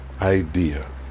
idea